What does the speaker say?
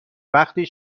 وقتی